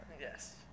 Yes